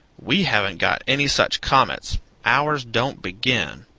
we haven't got any such comets ours don't begin.